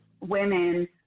women